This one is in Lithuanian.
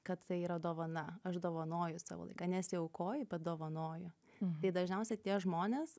kad tai yra dovana aš dovanoju savo laiką nesiaukoju bet dovanoju tai dažniausiai tie žmonės